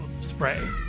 spray